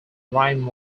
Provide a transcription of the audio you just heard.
rhyme